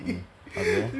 mm okay